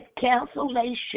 cancellation